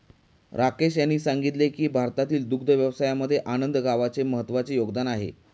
राकेश यांनी सांगितले की भारतातील दुग्ध व्यवसायामध्ये आनंद गावाचे महत्त्वाचे योगदान आहे